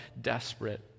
desperate